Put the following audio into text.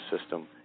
system